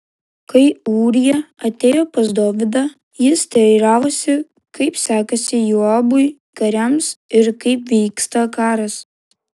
kai ūrija atėjo pas dovydą jis teiravosi kaip sekasi joabui kariams ir kaip vyksta karas